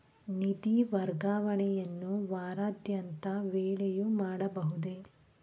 ನಿಧಿ ವರ್ಗಾವಣೆಯನ್ನು ವಾರಾಂತ್ಯದ ವೇಳೆಯೂ ಮಾಡಬಹುದೇ?